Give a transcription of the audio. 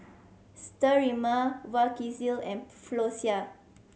Sterimar Vagisil and Floxia